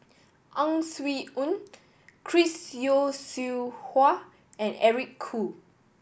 Ang Swee Aun Chris Yeo Siew Hua and Eric Khoo